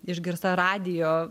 išgirsta radijo